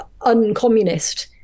uncommunist